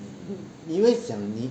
你会想你